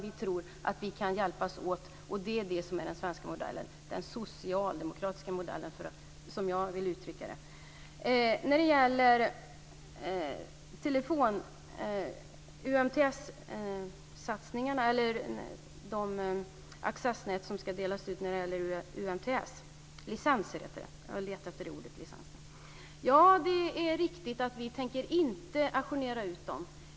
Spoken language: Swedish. Vi tror att vi kan hjälpas åt, och det är den svenska modellen, eller den socialdemokratiska modellen, som jag vill uttrycka det. När det gäller licenser för UMTS-satsningarna är det riktigt att vi inte tänker auktionera ut dem.